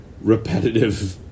repetitive